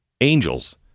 angels